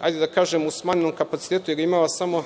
hajde da kažemo, u smanjenom kapacitetu jer je imala samo